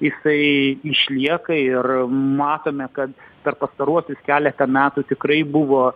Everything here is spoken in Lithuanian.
jisai išlieka ir matome kad per pastaruosius keletą metų tikrai buvo